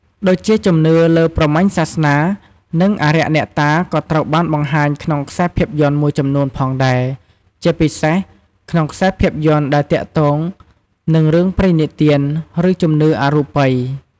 ដូចជាជំនឿលើព្រហ្មញ្ញសាសនា និងអារក្សអ្នកតាក៏ត្រូវបានបង្ហាញក្នុងខ្សែភាពយន្តមួយចំនួនផងដែរ ជាពិសេសក្នុងខ្សែភាពយន្តដែលទាក់ទងនឹងរឿងព្រេងនិទាន ឬជំនឿអរូបិយ។